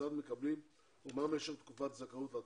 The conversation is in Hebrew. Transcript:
כיצד מקבלים ומה משך תקופת הזכאות להטבות.